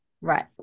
Right